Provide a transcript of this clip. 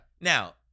Now